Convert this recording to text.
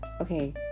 Okay